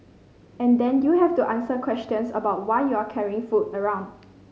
and then you have to answer questions about why you are carrying food around